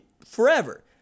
Forever